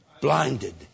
blinded